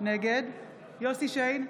נגד יוסף שיין,